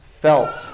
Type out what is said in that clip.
felt